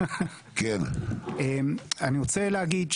אני רוצה להגיד,